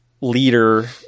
leader